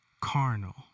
carnal